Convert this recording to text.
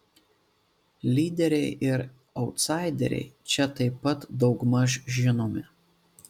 lyderiai ir autsaideriai čia taip pat daugmaž žinomi